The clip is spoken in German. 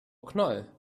knoll